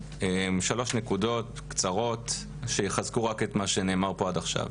שלוש נקודות קצרות שיחזקו רק את מה שנאמר פה עד עכשיו.